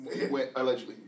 allegedly